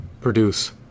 produce